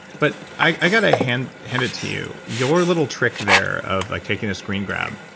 but i got to hand hand it to you, your little trick there of like taking a screen grab.